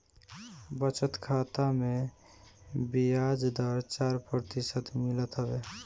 बचत खाता में बियाज दर चार प्रतिशत मिलत हवे